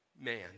man